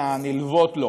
הנלוות לו.